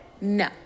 No